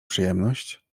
przyjemność